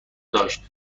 داشت